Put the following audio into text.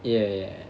ya ya ya